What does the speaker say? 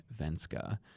Venska